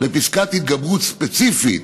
בפסקת התגברות ספציפית